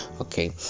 okay